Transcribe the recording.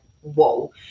whoa